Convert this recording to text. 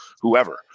whoever